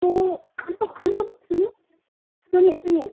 तो हम तो हम तो सुनो सुनिए सुनिए